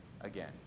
again